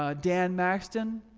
ah dan maxton,